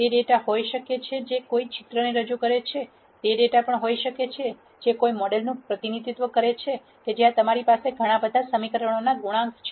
તે ડેટા હોઈ શકે છે જે કોઈ ચિત્રને રજૂ કરે છે તે ડેટા હોઈ શકે છે જે તે મોડેલનું પ્રતિનિધિત્વ કરે છે જ્યાં તમારી પાસે ઘણાં સમીકરણોનાં ગુણાંક છે